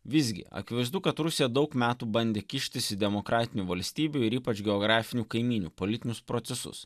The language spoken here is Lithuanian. visgi akivaizdu kad rusija daug metų bandė kištis į demokratinių valstybių ir ypač geografinių kaimynių politinius procesus